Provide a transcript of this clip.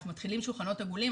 אנחנו מתחילים עם שולחנות עגולים,